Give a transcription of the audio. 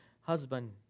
husband